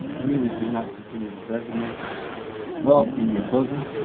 the music did not continue to resonate well in your bosom?